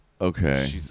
Okay